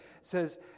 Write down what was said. says